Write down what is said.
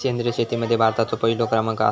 सेंद्रिय शेतीमध्ये भारताचो पहिलो क्रमांक आसा